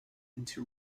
into